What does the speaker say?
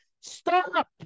stop